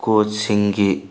ꯀꯣꯁ ꯁꯤꯡꯒꯤ